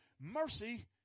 Mercy